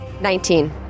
Nineteen